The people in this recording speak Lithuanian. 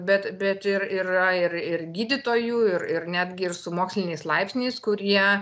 bet bet ir yra ir ir gydytojų ir ir netgi ir su moksliniais laipsniais kurie